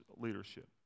leadership